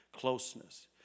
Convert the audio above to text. Closeness